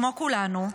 כמו כולנו,